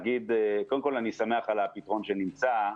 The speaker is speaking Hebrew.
קודם כול, אני שמח על הפתרון שנמצא.